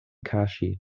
kaŝi